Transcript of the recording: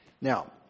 Now